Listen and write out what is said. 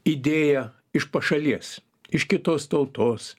idėja iš pašalies iš kitos tautos